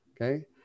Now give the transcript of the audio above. Okay